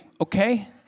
okay